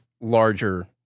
larger